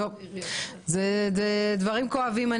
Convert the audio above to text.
אלה דברים כואבים.